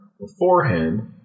beforehand